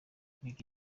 migi